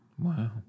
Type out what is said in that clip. Wow